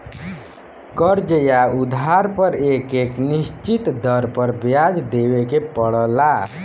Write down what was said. कर्ज़ या उधार पर एक निश्चित दर पर ब्याज देवे के पड़ला